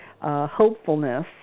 Hopefulness